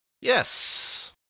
Yes